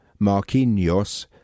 Marquinhos